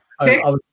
Okay